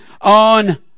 on